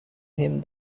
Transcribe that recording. him